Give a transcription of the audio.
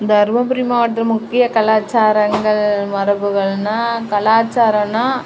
தர்மபுரி மாவட்டத்தின் முக்கிய கலாச்சாரங்கள் மரபுகள்னால் கலாச்சாரம்னால்